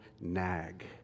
nag